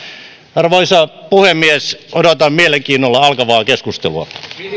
arvoisa puhemies odotan mielenkiinnolla alkavaa keskustelua